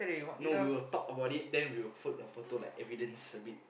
no we will talk about it then we will put the photo like evidence a bit